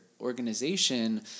organization